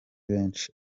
benshi